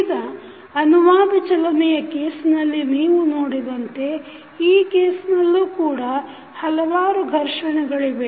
ಈಗ ಅನುವಾದ ಚಲನೆಯ ಕೇಸ್ನಲ್ಲಿ ನೀವು ನೋಡಿದಂತೆ ಈ ಕೇಸ್ನಲ್ಲೂ ಕೂಡ ಹಲವಾರು ಘರ್ಷಣೆಗಳಿವೆ